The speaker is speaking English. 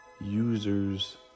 users